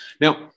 Now